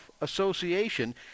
Association